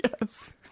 Yes